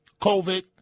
COVID